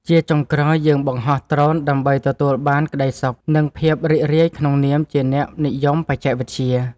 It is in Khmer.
ជាចុងក្រោយ យើងបង្ហោះដ្រូនដើម្បីទទួលបានក្តីសុខ និងភាពរីករាយក្នុងនាមជាអ្នកនិយមបច្ចេកវិទ្យា។